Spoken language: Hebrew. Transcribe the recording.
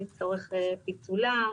לצורך פיצולה,